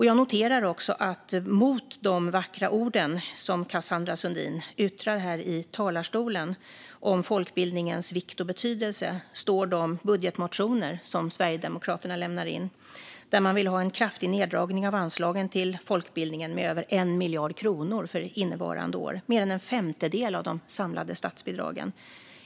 Jag noterar också att mot de vackra ord som Cassandra Sundin yttrar här i talarstolen om folkbildningens vikt och betydelse står de budgetmotioner som Sverigedemokraterna lämnar in där man vill ha en kraftig neddragning av anslagen till folkbildningen med över 1 miljard kronor för innevarande år. Det är mer än en femtedel av de samlade statsbidragen.